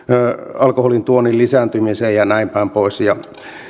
alkoholin tuonnin lisääntymiseen ja näin päin pois